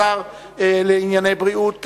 השר לענייני בריאות,